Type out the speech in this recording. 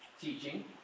teaching